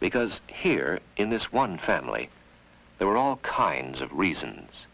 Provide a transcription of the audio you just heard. because here in this one family there were all kinds of reasons